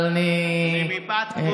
לא כמו